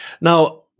Now